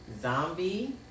Zombie